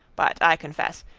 but, i confess,